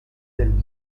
del